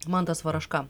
mantas varaška